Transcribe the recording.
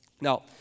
Now